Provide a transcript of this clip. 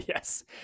yes